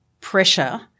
pressure